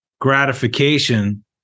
gratification